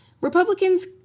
Republicans